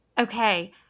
Okay